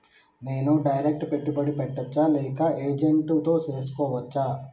నేను డైరెక్ట్ పెట్టుబడి పెట్టచ్చా లేక ఏజెంట్ తో చేస్కోవచ్చా?